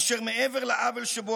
אשר מעבר לעוול שבו,